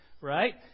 right